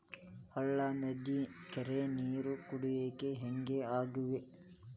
ಹಳ್ಳಾ ನದಿ ಕೆರಿ ನೇರ ಕುಡಿಯಾಕ ಯೋಗ್ಯ ಆಗ್ಯಾವ